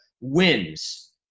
wins